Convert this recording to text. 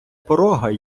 порога